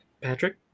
Patrick